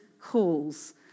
calls